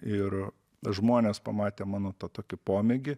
ir žmonės pamatę mano tą tokį pomėgį